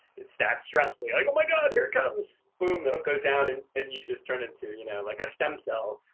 it's that stress we get, like oh my god, here it comes. boom, the hook goes down, and and you just turn into you know like a stem cell.